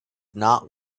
not